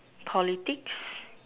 politics